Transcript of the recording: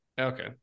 Okay